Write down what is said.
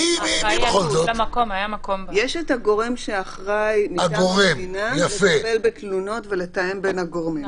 יש הגורם שאחראי מטעם המדינה לטפל בתלונות ולתאם בין הגורמים.